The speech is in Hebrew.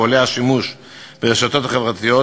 ועולה השימוש ברשתות החברתיות,